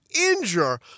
injure